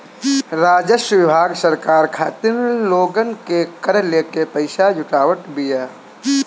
राजस्व विभाग सरकार खातिर लोगन से कर लेके पईसा जुटावत बिया